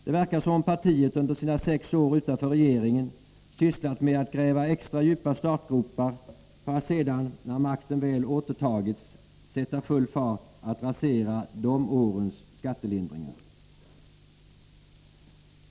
Det verkar som om partiet under sina sex år utanför regeringen sysslat med att gräva extra djupa startgropar för att sedan, när makten väl återtagits, sätta full fart och rasera de årens skattelindringar.